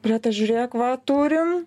greta žiūrėk va turim